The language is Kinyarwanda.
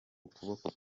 ukuboko